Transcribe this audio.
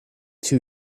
two